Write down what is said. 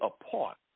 apart